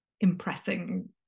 impressing